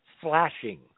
flashing